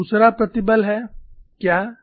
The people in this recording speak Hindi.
और दूसरा प्रतिबल है क्या